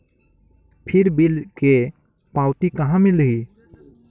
फिर बिल के पावती कहा मिलही?